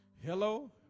Hello